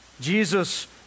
Jesus